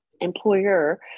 employer